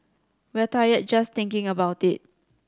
we're tired just thinking about it